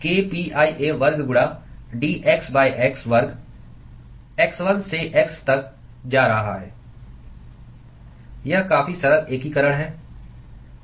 k pi a वर्ग गुणा dx x वर्ग x1 से x तक जा रहा है यह काफी सरल एकीकरण है